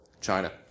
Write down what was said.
China